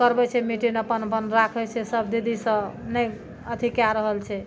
करबै छै मीटिन अपन बन राखै छै सब दीदी सब नहि अथी कए रहल छै